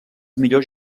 millors